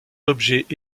objets